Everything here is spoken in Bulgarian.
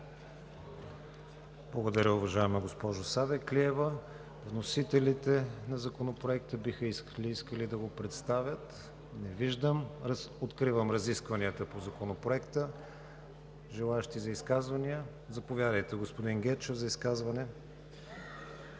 Благодаря, уважаема госпожо Савеклиева. Вносителите на Законопроекта, искат ли да го представят? Не виждам. Откривам разискванията по Законопроекта. Желаещи за изказвания? Заповядайте, господин Гечев, за изказване.